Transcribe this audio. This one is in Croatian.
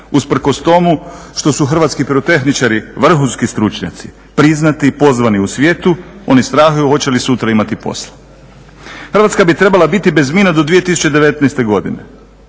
usprkos tomu što su hrvatski pirotehničari vrhunski stručnjaci, priznati i pozvani u svijetu oni strahuju hoće li sutra imati posla. Hrvatska bi trebala biti bez mina do 2019. godine.